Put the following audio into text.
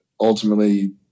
ultimately